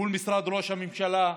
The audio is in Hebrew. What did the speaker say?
מול משרד ראש הממשלה.